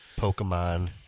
Pokemon